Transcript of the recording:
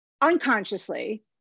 unconsciously